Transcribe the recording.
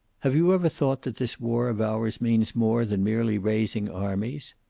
have you ever thought that this war of ours means more than merely raising armies?